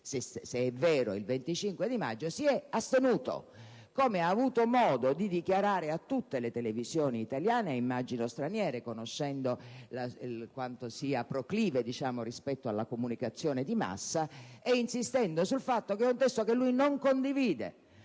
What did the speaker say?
se è vero, il 25 maggio - si è astenuto, come ha avuto modo di dichiarare a tutte le televisioni italiane (e immagino straniere, conoscendo quanto sia proclive rispetto alla comunicazione di massa), insistendo sul fatto che è un testo che lui non condivide,